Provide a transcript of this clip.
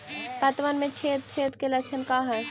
पतबन में छेद छेद के लक्षण का हइ?